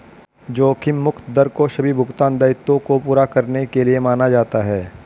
जोखिम मुक्त दर को सभी भुगतान दायित्वों को पूरा करने के लिए माना जाता है